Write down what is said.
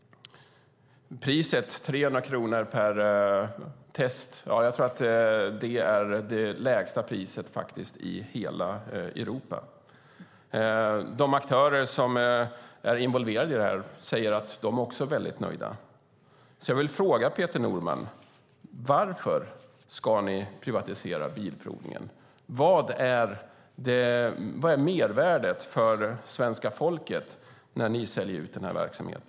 Priset, 300 kronor per test, tror jag är det lägsta priset i hela Europa. De aktörer som är involverade i detta säger att de också är väldigt nöjda. Jag vill alltså fråga Peter Norman: Varför ska ni privatisera Bilprovningen? Vad är mervärdet för svenska folket när ni säljer ut denna verksamhet?